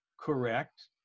correct